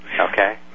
Okay